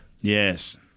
Yes